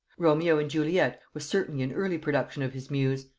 romeo and juliet was certainly an early production of his muse,